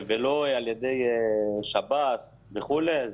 בטח לא ביכולות המחשוביות של היום.